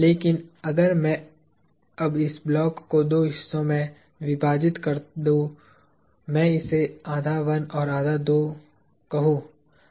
लेकिन अगर मैं अब इस ब्लॉक को दो हिस्सों में विभाजित कर दूं मैं इसे आधा 1 और आधा 2 कहूंगा